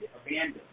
abandoned